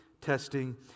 testing